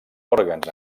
òrgans